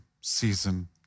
season